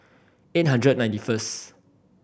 eight hundred ninety first